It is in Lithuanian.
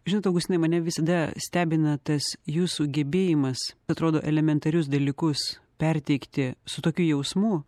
žinot augustinai mane visada stebina tas jūsų gebėjimas atrodo elementarius dalykus perteikti su tokiu jausmu